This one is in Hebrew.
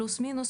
פלוס-מינוס,